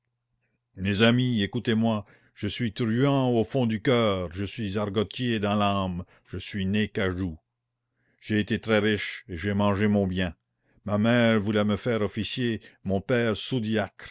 mes amis écoutez-moi je suis truand au fond du coeur je suis argotier dans l'âme je suis né cagou j'ai été très riche et j'ai mangé mon bien ma mère voulait me faire officier mon père